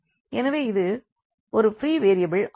எனவே இது ஒரு ஃப்ரீ வேரியபிள் ஆகும்